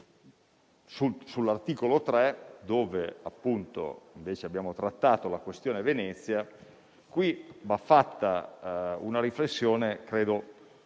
sull'articolo 3, dove invece abbiamo trattato la questione Venezia, va fatta una riflessione molto